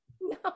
No